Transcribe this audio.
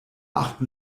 achten